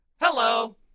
Hello